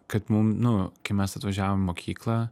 kad mum nu kai mes atvažiavom į mokyklą